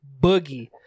boogie